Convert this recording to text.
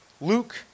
Luke